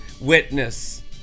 witness